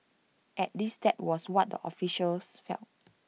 at least that was what the officials felt